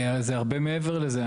זה הרבה מעבר לזה.